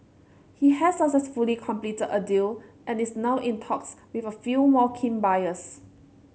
he has successfully completed a deal and is now in talks with a few more keen buyers